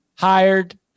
hired